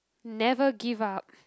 never give up